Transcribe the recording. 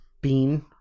Bean